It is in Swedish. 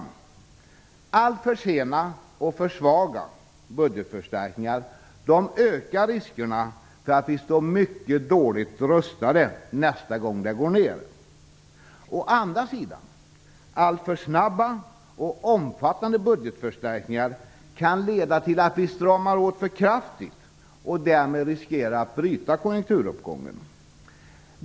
Å ena sidan kan alltför sena och för svaga budgetförstärkningar öka riskerna för att vi skall stå mycket dåligt rustade nästa gång konjunkturen går ner. Å andra sidan kan alltför snabba och omfattande budgetförstärkningar leda till att vi stramar åt för kraftigt och därmed riskerar att bryta konjunkturuppgången.